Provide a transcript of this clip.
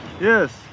Yes